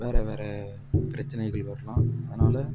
வேறு வேறு பிரச்சனைகள் வரலாம் அதனால்